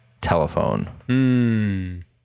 telephone